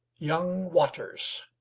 young waters